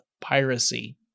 piracy